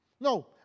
No